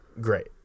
Great